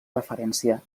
referència